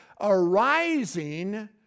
arising